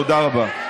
תודה רבה.